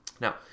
Now